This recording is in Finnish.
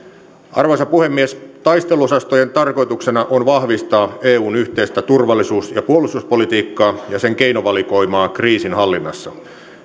arvoisa puhemies taisteluosastojen tarkoituksena on vahvistaa eun yhteistä turvallisuus ja puolustuspolitiikkaa ja sen keinovalikoimaa kriisinhallinnassa